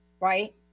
right